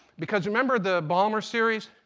because remember the balmer series?